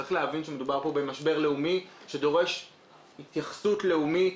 צריך להבין שמדובר פה במשבר לאומי שדורש התייחסות לאומית.